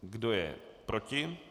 Kdo je proti?